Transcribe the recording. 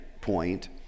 point